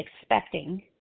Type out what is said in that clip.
expecting